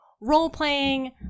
role-playing